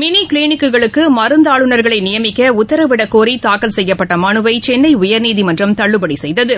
mini கிளினிக்குகளுக்கு மருந்து ஆளுநர்களை நியமிக்க உத்தரவிடக் கோரி தாக்கல் செய்யப்பட்ட மனுவினை சென்னை உயர்நீதிமன்றம் தள்ளுபடி செய்தது